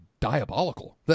Diabolical